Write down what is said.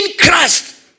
Christ